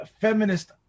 feminist